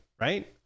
right